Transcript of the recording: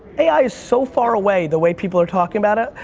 ai is so far away, the way people are talking about it.